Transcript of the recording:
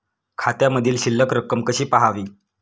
खात्यामधील शिल्लक रक्कम कशी पहावी?